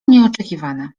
nieoczekiwane